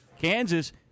Kansas